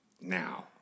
now